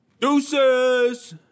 Deuces